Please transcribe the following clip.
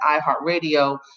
iHeartRadio